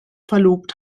verlobt